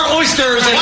oysters